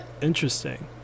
Interesting